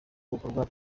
bukorwa